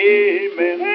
amen